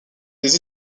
des